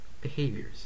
Behaviors